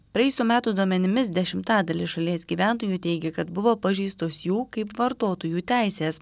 praėjusių metų duomenimis dešimtadalis šalies gyventojų teigia kad buvo pažeistos jų kaip vartotojų teisės